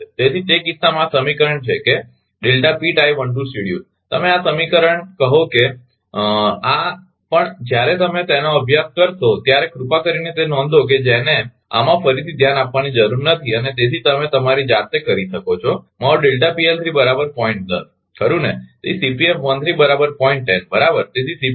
તેથી તે કિસ્સામાં આ સમીકરણ છે કે તમે આ સમીકરણ કહો છો આ પણ જ્યારે તમે આનો અભ્યાસ કરશો ત્યારે કૃપા કરીને તે નોંધો કે જેને આમાં ફરીથી ધ્યાન આપવાની જરૂર નથી અને તેથી તમે તમારી જાતે કરી શકો છો મારો ખરુ ને